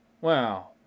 Wow